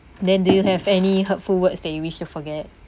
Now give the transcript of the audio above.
then do you have any hurtful words that you wish to forget